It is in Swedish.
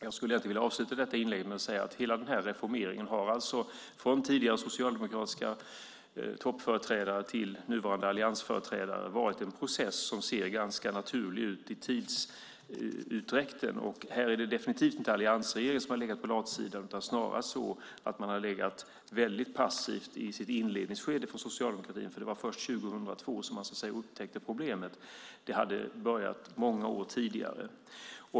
Jag skulle egentligen vilja avsluta detta inlägg med att säga att hela denna reformering från tidiga socialdemokratiska toppföreträdare till nuvarande alliansföreträdare alltså har varit en process som ser ganska naturlig ut i tidsutdräkten. Här är det definitivt inte alliansregeringen som har legat på latsidan. Snarare är det så att man har legat väldigt passiv i sitt inledningsskede från socialdemokratin. Det var först 2002 man så att säga upptäckte problemet, som hade börjat många år tidigare.